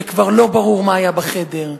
שכבר לא ברור מה היה בחדר,